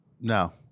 No